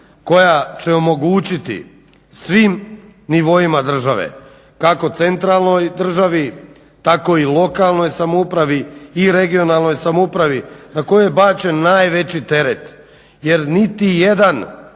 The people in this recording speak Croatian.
koja će omogućiti svim nivoima države kako centralnoj državi, tako i lokalnoj samoupravi i regionalnoj samoupravi na koju je bačen najveći teret. Jer niti jedan